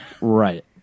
Right